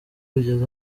ugeze